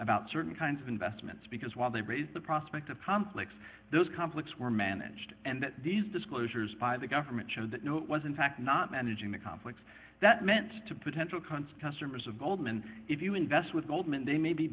about certain kinds of investments because while they raised the prospect of conflicts those conflicts were managed and these disclosures by the government show that it was in fact not managing the conflicts that meant to potential kuntz customers of goldman if you invest with goldman they may be